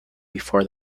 before